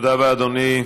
תודה רבה, אדוני.